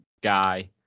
guy